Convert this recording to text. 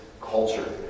culture